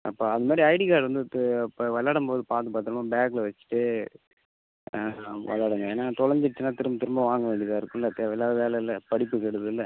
அப்போ அதுமாதிரி ID card வந்துவிட்டு இப்போ வெளாடும் போது பார்த்து பத்திரமா பேக்கில் வச்சுட்டு வெளாடுங்க ஏனால் தொலைஞ்சுருச்சுன்னா திரும்ப திரும்ப வாங்க வேண்டியதாக இருக்குல்லை தேவையில்லாத வேலைல்ல படிப்பு கெடுதுல்லை